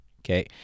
okay